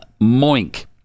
Moink